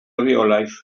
reolaeth